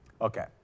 Okay